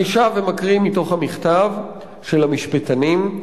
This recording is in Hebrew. אני שב ומקריא מתוך המכתב של המשפטנים: